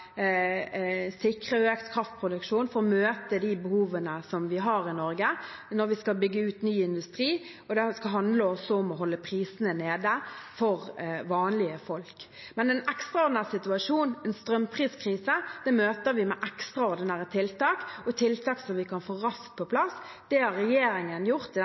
sikre økt kraftproduksjon for å møte de behovene som vi har i Norge når vi skal bygge ut ny industri. Det skal også handle om å holde prisene nede for vanlige folk. Men en ekstraordinær situasjon, en strømpriskrise, møter vi med ekstraordinære tiltak og tiltak som vi kan få raskt på plass. Det har regjeringen gjort i